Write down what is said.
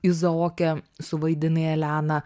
izaoke suvaidinai eleną